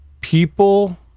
people